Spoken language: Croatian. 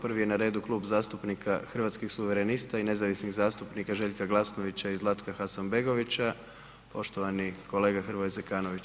Prvi je na radu Klub zastupnika Hrvatskih suverenista i nezavisnih zastupnika Željka Glasnovića i Zlatka Hasanbegovića, poštovani kolega Hrvoje Zekanović.